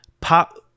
pop